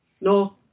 No